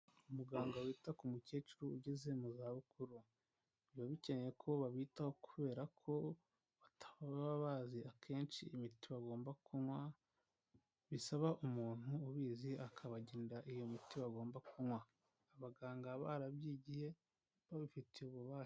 Umuganga wita ku mukecuru ugeze mu zabukuru, biba bikeneye ko babitaho kubera ko bata bazi akenshi imiti bagomba kunywa, bisaba umuntu ubizi akabagenera iyo miti, bagomba kunywa, abaganga baba barabyigiye bababifitiye ububasha.